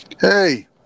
Hey